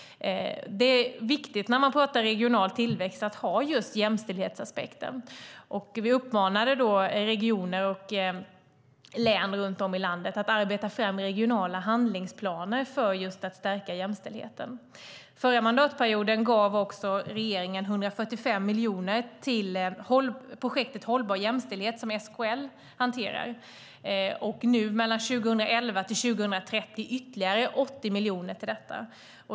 Det är viktigt, när man pratar regional tillväxt, att ha med just jämställdhetsaspekten. Vi uppmanade då regioner och län runt om i landet att arbeta fram regionala handlingsplaner för att stärka jämställdheten. Förra mandatperioden gav regeringen 145 miljoner till projektet Hållbar jämställdhet, som SKL hanterar. Mellan 2011 och 2013 kommer ytterligare 80 miljoner till detta.